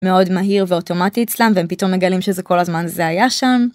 מאוד מהיר ואוטומטי אצלם ופתאום מגלים שזה כל הזמן זה היה שם.